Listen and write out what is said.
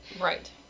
Right